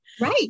Right